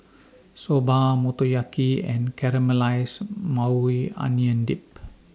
Soba Motoyaki and Caramelized Maui Onion Dip